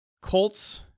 Colts